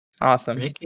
Awesome